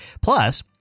Plus